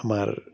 আমাৰ